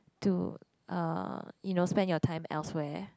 to uh you know spend your time elsewhere